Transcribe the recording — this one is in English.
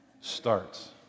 starts